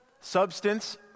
substance